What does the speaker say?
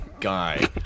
guy